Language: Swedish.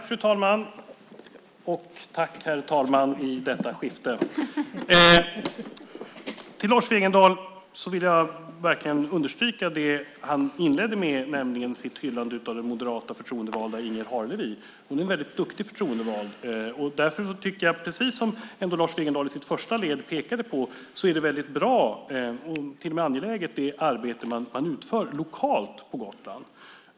Fru talman! Jag vill till Lars Wegendal verkligen understryka det han inledde med, nämligen hans hyllande av den moderata förtroendevalda Inger Harlevi. Hon är en väldigt duktig förtroendevald. Därför är det arbete man utför lokalt på Gotland väldigt bra, som Lars Wegendal i sitt första led pekade på, och till och med angeläget.